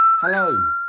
Hello